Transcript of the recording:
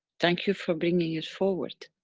thank you for bringing it forward.